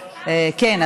כן,